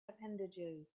appendages